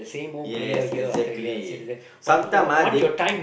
yes exactly sometime ah they